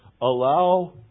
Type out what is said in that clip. Allow